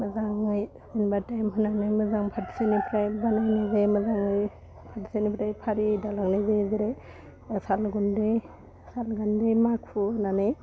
मोजाङै हुनबाथाइ मोनाङै मोजां फारसेनिफ्राय बानायनाय जायो मोजाङै फारसेनिफ्राय फारि दालांनाय जायो जेरै सालगुन्दै सालगान्दै माखु होनानै